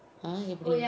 ah எப்படி:eppadi